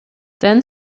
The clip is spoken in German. denn